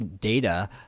data